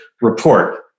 report